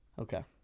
Okay